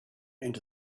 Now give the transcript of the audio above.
into